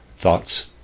Thoughts